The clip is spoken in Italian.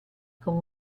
con